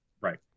Right